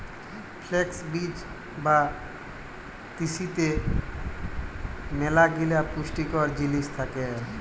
flakes বীজ বা তিসিতে ম্যালাগিলা পুষ্টিকর জিলিস থ্যাকে